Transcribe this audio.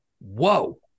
Whoa